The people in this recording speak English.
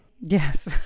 Yes